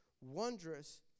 wondrous